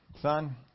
Son